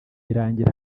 irangira